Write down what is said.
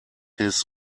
his